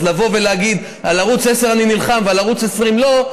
אז לבוא ולהגיד: על ערוץ 10 אני נלחם ועל ערוץ 20 לא,